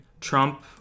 Trump